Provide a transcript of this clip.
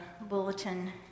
bulletin